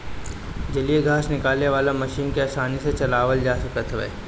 जलीय घास निकाले वाला मशीन के आसानी से चलावल जा सकत हवे